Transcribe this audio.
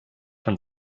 von